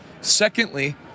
Secondly